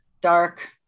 dark